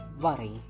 worry